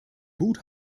mut